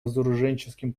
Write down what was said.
разоруженческим